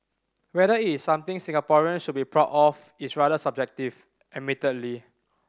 whether is something Singaporeans should be proud of is rather subjective admittedly